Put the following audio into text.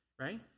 right